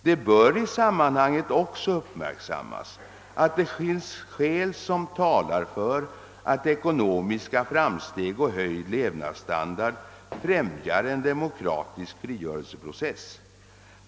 Det bör i sammanhanget också uppmärksammas att det finns skäl som talar för att ekonomiska framsteg och höjd levnadsstandard främjar en demokratisk frigörelseprocess.